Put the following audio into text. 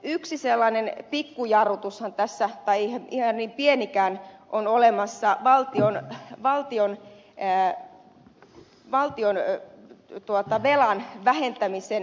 yksi sellainen pikku jarrutushan tai ei ihan niin pienikään tässä on olemassa valtioille valtioille jää valtiolle ei tuota valtionvelan vähentämisen jarrutuksena